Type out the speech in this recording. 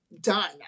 done